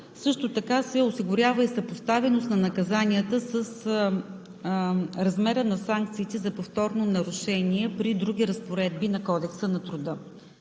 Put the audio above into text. също така се осигурява и съпоставеност на наказанията с размера на санкциите за повторно нарушение при други разпоредби на Кодекса на труда.